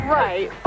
right